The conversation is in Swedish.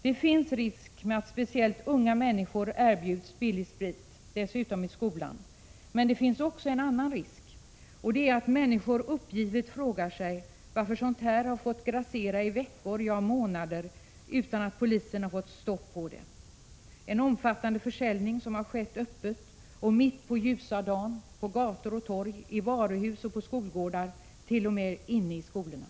Det finns risk för att speciellt unga människor erbjuds billig sprit, t.o.m. i skolan, men det finns också en annan risk, nämligen att människor uppgivet frågar sig varför sådant här har fått grassera i veckor och månader, utan att polisen har fått stopp på det. Det rör sig om en omfattande försäljning som har skett öppet och mitt på ljusa dagen på gator och torg, i varuhus och på skolgårdar och t.o.m. inne i skolorna.